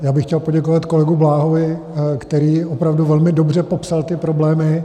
Já bych chtěl poděkovat kolegovi Bláhovi, který opravdu velmi dobře popsal ty problémy.